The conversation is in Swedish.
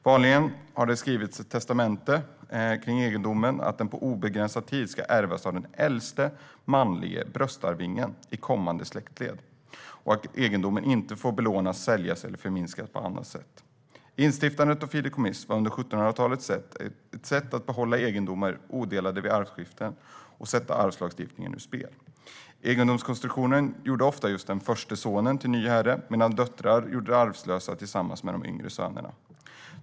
Vanligen har det skrivits ett testamente gällande egendomen, att den på obegränsad tid ska ärvas av den äldste manlige bröstarvingen i kommande släktled och att egendomen inte får belånas, säljas eller förminskas på annat sätt. Instiftandet av fideikommiss var under 1700-talet ett sätt att behålla egendomar odelade vid arvskiften och sätta arvslagstiftningen ur spel. Egendomskonstruktionen gjorde ofta just den äldste sonen till ny herre medan döttrarna tillsammans med de yngre sönerna gjordes arvlösa.